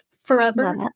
forever